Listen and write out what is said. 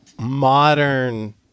modern